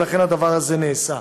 לכן הדבר הזה נעשה.